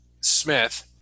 Smith